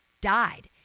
died